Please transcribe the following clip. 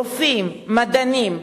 רופאים, מדענים.